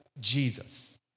Jesus